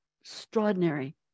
extraordinary